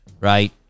Right